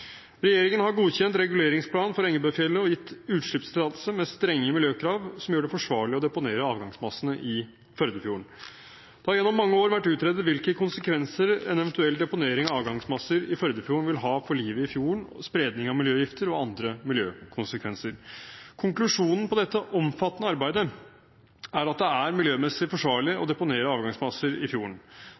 Regjeringen har godkjent reguleringsplanen for Engebøfjellet og gitt utslippstillatelse med strenge miljøkrav, som gjør det forsvarlig å deponere avgangsmassene i Førdefjorden. Det har gjennom mange år vært utredet hvilke konsekvenser en eventuell deponering av avgangsmasser i Førdefjorden vil ha for livet i fjorden, spredning av miljøgifter og andre miljøkonsekvenser. Konklusjonen på dette omfattende arbeidet er at det er miljømessig forsvarlig å deponere avgangsmasser i fjorden.